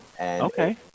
Okay